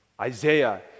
Isaiah